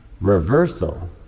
reversal